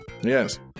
Yes